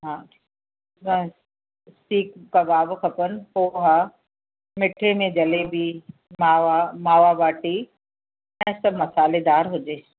हा न सीख कबाब खपनि पोहा मिठे में जलेबी मावा मावा वाटी ऐं सभु मसालेदार हुजे